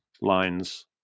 lines